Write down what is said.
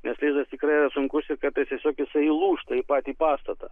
nes lizdas tikrai yra sunkus ir kartais tiesiog jisai įlūžta į patį pastatą